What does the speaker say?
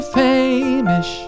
famous